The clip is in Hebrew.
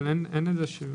אבל אין לזה חשיבות.